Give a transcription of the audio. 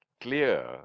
clear